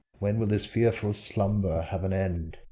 when will this fearful slumber have an end?